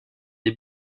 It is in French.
des